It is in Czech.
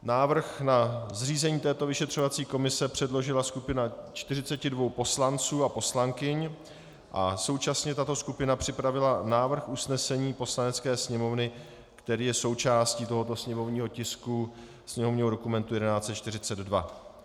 Návrh na zřízení vyšetřovací komise předložila skupina 42 poslanců a poslankyň a současně tato skupina připravila návrh usnesení Poslanecké sněmovny, který je součástí tohoto tisku, sněmovního dokumentu 1142.